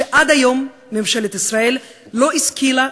שעד היום ממשלת ישראל לא השכילה,